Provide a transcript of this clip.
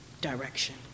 direction